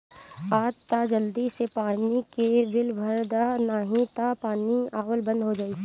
आज तअ जल्दी से पानी के बिल भर दअ नाही तअ पानी आवल बंद हो जाई